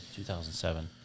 2007